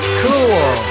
cool